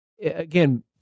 again